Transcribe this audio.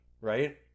Right